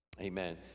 amen